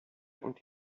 und